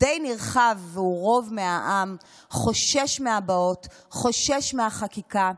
די נרחב והוא רוב מהעם חושש מהבאות, חושש מהחקיקה,